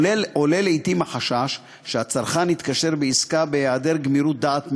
עולה לעתים החשש שהצרכן התקשר בעסקה בהיעדר גמירות דעת מלאה,